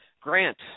Grant